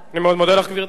אני מאוד מודה לך, גברתי.